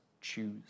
choose